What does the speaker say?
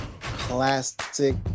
classic